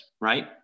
right